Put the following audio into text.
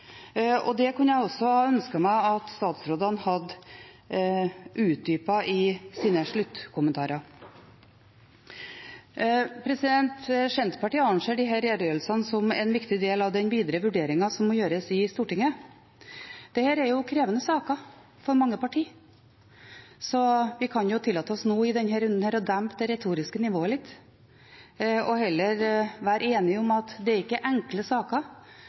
redegjørelsene som en viktig del av den videre vurderingen som må gjøres i Stortinget. Dette er krevende saker for mange partier. Vi kan tillate oss i denne runden å dempe det retoriske nivået litt og heller være enige om at det er ikke enkle saker,